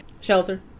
Shelter